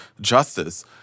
Justice